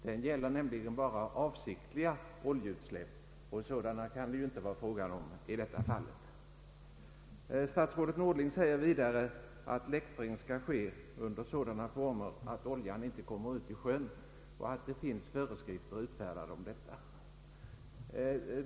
Den gäller nämligen bara avsiktliga oljeutsläpp, och sådana kan det inte vara fråga om i detta fall. Statsrådet Norling säger vidare att läktring skall ske under sådana former att oljan inte kommer ut i sjön och att det finns föreskrifter utfärdade härom.